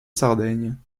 sardaigne